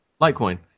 Litecoin